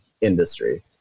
industry